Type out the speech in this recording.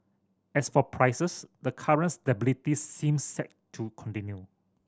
as for prices the current stability seems set to continue